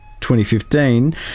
2015